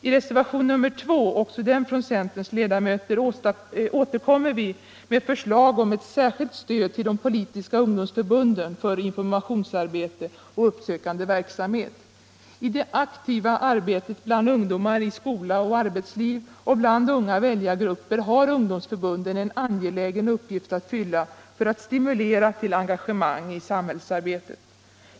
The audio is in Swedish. I reservation nr 2, också den från centerns ledamöter, återkommer vi med förslag om ett särskilt stöd till de politiska ungdomsförbunden för informationsarbete och uppsökande verksamhet. I det aktiva arbetet bland ungdomar i skola och arbetsliv och bland unga väljargrupper har ungdomsförbunden en angelägen uppgift att fylla för att stimulera till engagemang i samhällsarbetet.